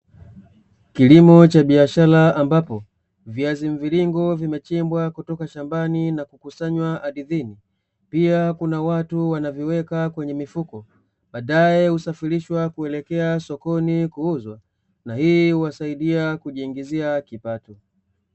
Kilimo cha biashara ambapo viazi mviringo vimechimbwa kutoka shambani na kukusanywa ardhini pia kuna watu wanaviweka kwenye mifuko, baadae usafirishwa kuelekea sokoni kuuzwa na hii huwasaidia kujiingizia kipato.